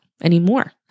anymore